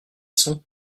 sont